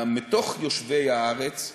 מתוך יושבי הארץ,